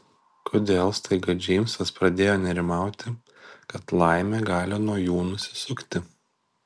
kodėl staiga džeimsas pradėjo nerimauti kad laimė gali nuo jų nusisukti